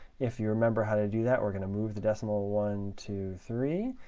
if you remember how to do that. we're going to move the decimal one, two, three.